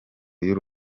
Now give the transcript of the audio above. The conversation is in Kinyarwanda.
y’uru